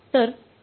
तर तो १२ आहे